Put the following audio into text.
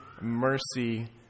mercy